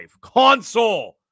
console